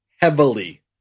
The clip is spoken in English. heavily